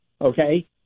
okay